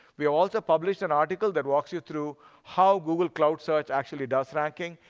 we also published an article that walks you through how google cloud search actually does ranking.